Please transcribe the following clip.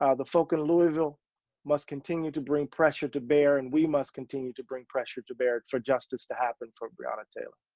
ah the folks in louisville must continue to bring pressure to bear and we must continue to bring pressure to bear for justice to happen for breonna taylor,